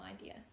idea